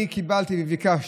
אני קיבלתי וביקשתי,